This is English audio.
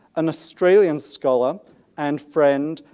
an australian scholar and friend,